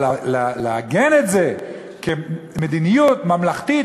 אבל לעגן את זה כמדיניות ממלכתית,